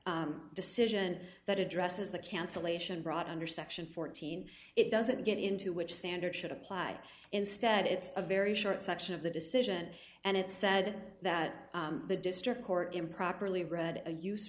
the decision that addresses the cancellation brought under section fourteen it doesn't get into which standard should apply instead it's a very short section of the decision and it said that the district court improperly read a use